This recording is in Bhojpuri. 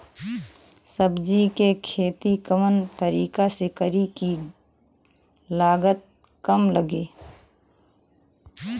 सब्जी के खेती कवना तरीका से करी की लागत काम लगे?